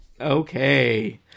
Okay